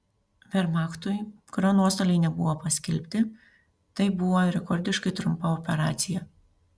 vermachtui kurio nuostoliai nebuvo paskelbti tai buvo rekordiškai trumpa operacija